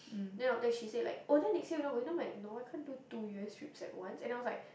then after that she said like oh then next year we not going then I'm like no I can't do two years trip like one and I was like